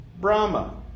Brahma